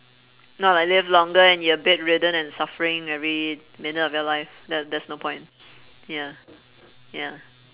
not like live longer and you're bedridden and suffering every minute of your life that that's no point ya ya